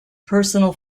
personal